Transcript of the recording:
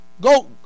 go